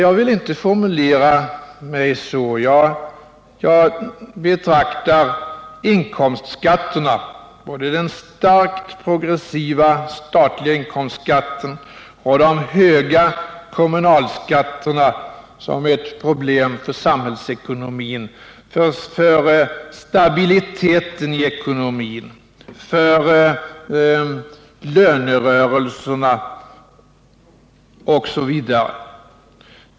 Jag betraktar inkomstskatterna — både den starkt progressiva statliga inkomstskatten och de höga kommunalskatterna — som ett problem för stabiliteten i samhällsekonomin, för lönerörelserna osv.